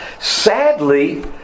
sadly